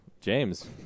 James